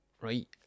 right